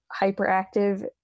hyperactive